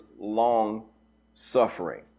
long-suffering